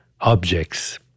objects